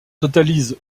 totalise